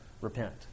repent